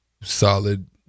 solid